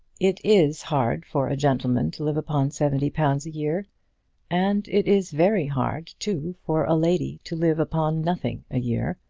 it is hard for a gentleman to live upon seventy pounds a year and it is very hard, too, for a lady to live upon nothing a year,